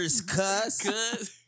cuss